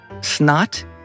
snot